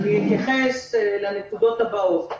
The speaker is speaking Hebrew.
אתייחס לנקודות הבאות.